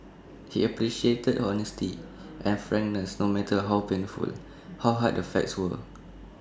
he appreciated honesty and frankness no matter how painful how hard the facts were